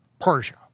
Persia